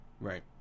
Right